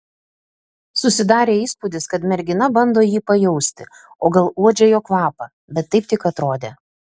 susidarė įspūdis kad mergina bando jį pajausti o gal uodžia jo kvapą bet taip tik atrodė